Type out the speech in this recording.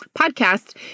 podcast